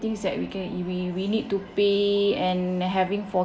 things that we can we we need to pay and having four